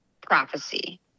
prophecy